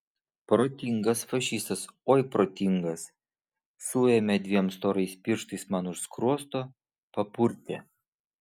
protingas fašistas oi protingas suėmė dviem storais pirštais man už skruosto papurtė